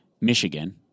Michigan